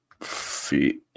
feet